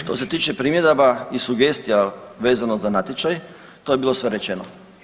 Što se tiče primjedaba i sugestija vezano za natječaj, to je bilo sve rečeno.